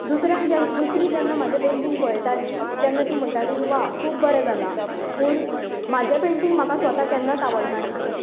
दुसऱ्यान जेन्ना दुसरीं जेन्ना म्हजें पँटींग पळयतालीं तेन्ना तीं म्हणटालीं वा खूब बरें जालां पूण म्हजें पँटींग म्हाका स्वता केन्नाच आवडनासलें